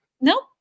Nope